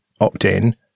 opt-in